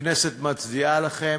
הכנסת מצדיעה לכם.